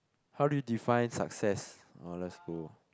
how do you define success uh let's go